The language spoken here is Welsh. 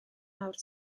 mawr